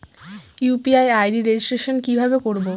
UPI ID registration কিভাবে করব?